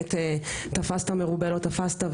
את המשפט "תפסת מרובה לא תפסת",